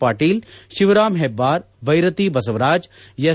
Patil Shivaram Hebbar Byrathi Basavaraj S